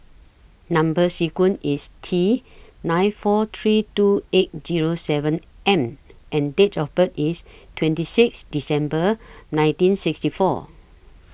Number sequence IS T nine four three two eight Zero seven M and Date of birth IS twenty six December nineteen sixty four